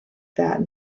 that